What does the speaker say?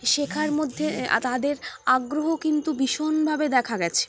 শেখার মধ্যে তাদের আগ্রহ কিন্তু ভীষণভাবে দেখা গেছে